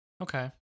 Okay